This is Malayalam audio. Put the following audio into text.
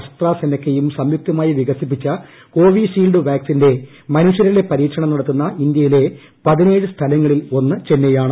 അസ്ട്രാസെനെക്കയും സ്ന്റ്യുക്തമായി വികസിപ്പിച്ച കോവിഷീൽഡ് വാക്സിന്റെ മനുഷ്യരിലെ പ്രീക്ഷണം നടത്തുന്ന ഇന്ത്യയിലെ പതിനേഴ് സ്ഥലങ്ങളിൽ ഒന്ന് ചെന്നൈയാണ്